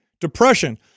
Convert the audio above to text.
depression